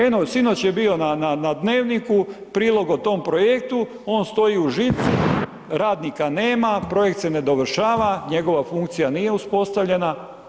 Eno, sinoć je bio na Dnevniku, prilog o tom projektu, on stoji u žici, radnika nema, projekt se ne dovršava, njegova funkcija nije uspostavljena.